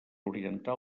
orientar